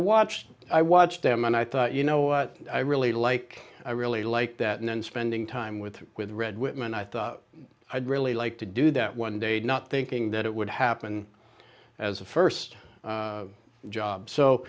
watched i watched them and i thought you know what i really like i really like that and then spending time with with read whitman i thought i'd really like to do that one day not thinking that it would happen as a first job so